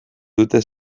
dute